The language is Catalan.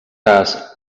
cas